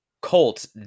Colts